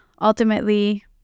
ultimately